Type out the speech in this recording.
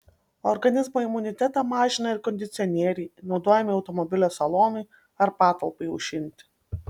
organizmo imunitetą mažina ir kondicionieriai naudojami automobilio salonui ar patalpai aušinti